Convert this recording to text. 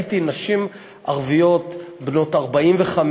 ראיתי נשים ערביות בנות 45,